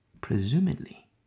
presumably